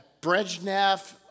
Brezhnev